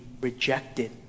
rejected